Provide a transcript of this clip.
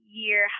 year